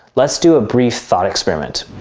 let's do a brief thought experiment.